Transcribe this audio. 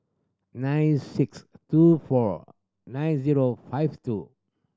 nine six two four nine zero five two